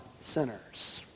sinners